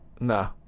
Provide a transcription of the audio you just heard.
No